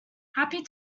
happy